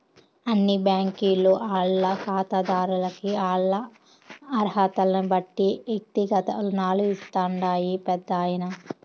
అన్ని బ్యాంకీలు ఆల్ల కాతాదార్లకి ఆల్ల అరహతల్నిబట్టి ఎక్తిగత రుణాలు ఇస్తాండాయి పెద్దాయనా